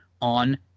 on